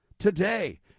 Today